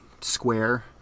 square